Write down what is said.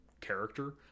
character